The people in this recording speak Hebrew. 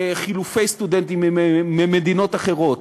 זה חילופי סטודנטים עם מדינות אחרות,